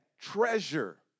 treasure